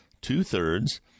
two-thirds